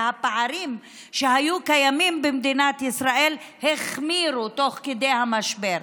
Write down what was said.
והפערים שהיו קיימים במדינת ישראל החמירו תוך כדי המשבר.